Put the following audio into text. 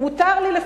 מותר לי,